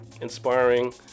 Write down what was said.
inspiring